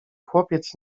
chłopiec